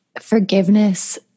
forgiveness